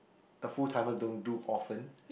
the full timers don't do often